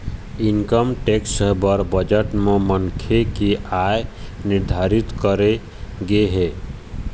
income tax बर budget म मनखे के आय निरधारित करे गे हे